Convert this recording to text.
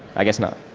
i guess not.